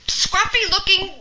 scruffy-looking